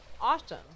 awesome